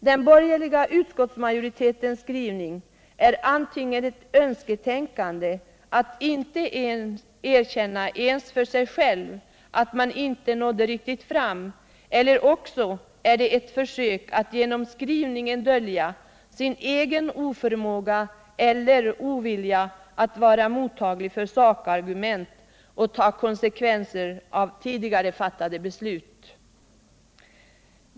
Den borgerliga utskottsmajoritetens skrivning är antingen ett önsketänkande, att inte erkänna ens för sig själv att man inte nådde riktigt fram, eller också är den ett försök att dölja sin egen oförmåga eller ovilja att vara mottaglig för sakargument och att ta konsekvenser av tidigare fattade beslut.